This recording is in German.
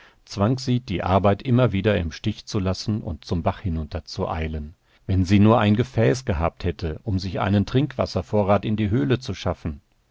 zwang sie die arbeit immer wieder im stich zu lassen und zum bach hinunter zu eilen wenn sie nur ein gefäß gehabt hätte um sich einen trinkwasservorrat in die höhle zu schaffen